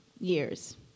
years